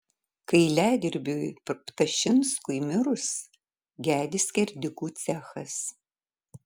kailiadirbiui ptašinskui mirus gedi skerdikų cechas